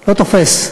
לא תופס,